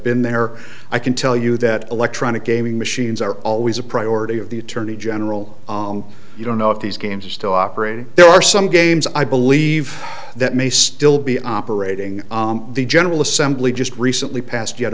been there i can tell you that electronic gaming machines are always a priority of the attorney general you don't know if these games are still operating there are some games i believe that may still be operating the general assembly just recently passed yet